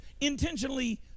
intentionally